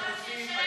אדוני סגן השר,